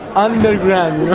underground,